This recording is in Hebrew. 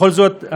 בכל זאת,